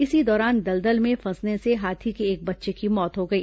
इसी दौरान दलदल में फंसने से हाथी के एक बच्चे की मौत हो गई